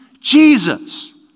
Jesus